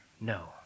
No